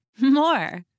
more